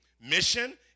mission